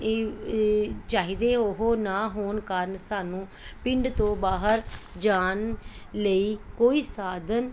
ਚਾਹੀਦੇ ਉਹ ਨਾ ਹੋਣ ਕਾਰਨ ਸਾਨੂੰ ਪਿੰਡ ਤੋਂ ਬਾਹਰ ਜਾਣ ਲਈ ਕੋਈ ਸਾਧਨ